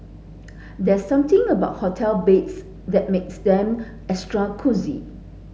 there's something about hotel beds that makes them extra cosy